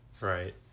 right